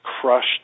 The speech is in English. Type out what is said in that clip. crushed